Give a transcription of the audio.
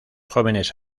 jóvenes